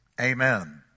Amen